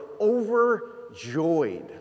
overjoyed